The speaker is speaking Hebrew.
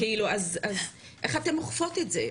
אז איך אתן אוכפות את זה.